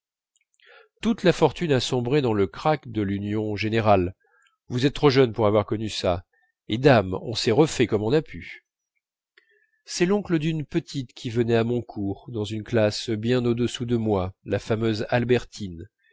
toute la fortune a sombré dans le krach de l'union générale vous êtes trop jeune pour avoir connu ça et dame on s'est refait comme on a pu c'est l'oncle d'une petite qui venait à mon cours dans une classe bien au-dessous de moi la fameuse albertine